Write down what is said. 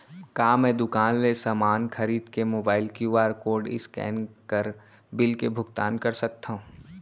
का मैं दुकान ले समान खरीद के मोबाइल क्यू.आर कोड स्कैन कर बिल के भुगतान कर सकथव?